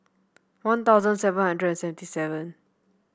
One Thousand seven hundred and seventy seven